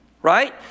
Right